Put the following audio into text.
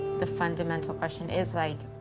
the fundamental question is like,